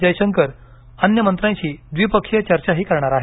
जयशंकर अन्य मंत्र्यांशी द्विपक्षीय चर्चाही करणार आहेत